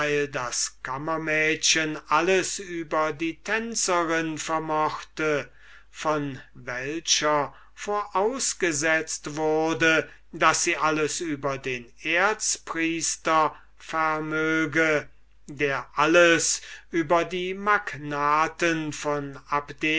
das aufwartmädchen alles über die tänzerin vermochte von welcher vorausgesetzt wurde daß sie alles über den erzpriester vermöge der alles über die magnaten von